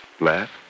Laugh